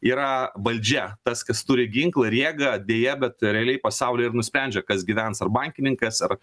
yra valdžia tas kas turi ginklą ir jėgą deja bet realiai pasaulį ir nusprendžia kas gyvens ar bankininkas ar